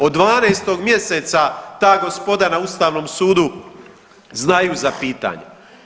Od 12 mjeseca ta gospoda na Ustavnom sudu znaju za pitanja.